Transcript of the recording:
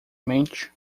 mente